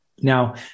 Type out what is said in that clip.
Now